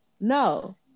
no